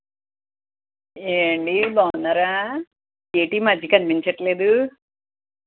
ఏమండీ బాగున్నారా ఏంటి ఈ మధ్య కనిపించట్లేదు